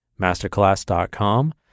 masterclass.com